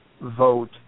vote